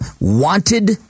wanted